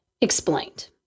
explained